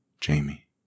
Jamie